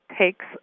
takes